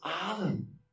Adam